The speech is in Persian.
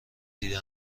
دیده